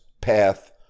path